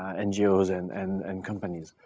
ah ngos and and and companies.